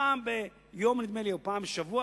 פעם ביום או פעם בשבוע,